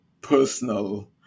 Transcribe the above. personal